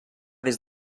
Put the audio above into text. des